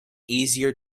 easier